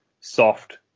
soft